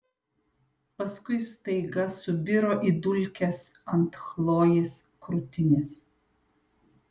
paskui staiga subiro į dulkes ant chlojės krūtinės